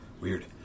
Weird